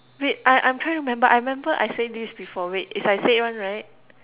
wait I I'm trying to remember I remember I said this before wait is I say one right